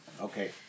Okay